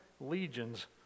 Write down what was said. legions